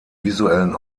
visuellen